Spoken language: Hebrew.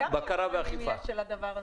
כמה יצרנים יש של הדבר הזה?